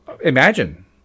Imagine